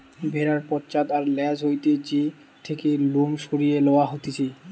ভেড়ার পশ্চাৎ আর ল্যাজ হইতে যে থেকে লোম সরিয়ে লওয়া হতিছে